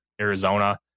Arizona